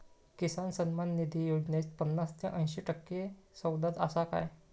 किसान सन्मान निधी योजनेत पन्नास ते अंयशी टक्के सवलत आसा काय?